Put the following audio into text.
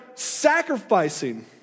sacrificing